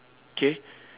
K